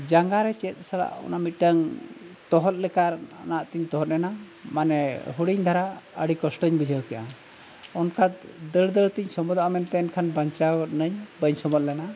ᱡᱟᱸᱜᱟ ᱨᱮ ᱪᱮᱫ ᱥᱟᱞᱟᱜ ᱚᱱᱟ ᱢᱤᱫᱴᱟᱝ ᱛᱚᱦᱚᱫ ᱞᱮᱠᱟᱱᱟᱜ ᱛᱤᱧ ᱛᱚᱦᱚᱫ ᱮᱱᱟ ᱢᱟᱱᱮ ᱦᱩᱰᱤᱧ ᱫᱷᱟᱨᱟ ᱟᱹᱰᱤ ᱠᱚᱥᱴᱚᱧ ᱵᱩᱡᱷᱟᱹᱣ ᱠᱮᱜᱼᱟ ᱚᱱᱠᱟ ᱫᱟᱹᱲ ᱫᱟᱹᱲ ᱛᱤᱧ ᱥᱚᱢᱚᱫᱚᱜᱼᱟ ᱢᱮᱱᱛᱮ ᱮᱱᱠᱷᱟᱱ ᱵᱟᱧᱪᱟᱣ ᱮᱱᱟᱹᱧ ᱵᱟᱹᱧ ᱥᱚᱢᱚᱫ ᱞᱮᱱᱟ